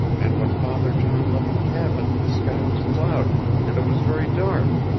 and when father john left the cabin the sky was clouded, and it was very dark.